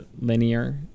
linear